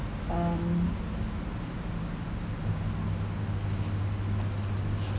um